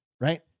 Right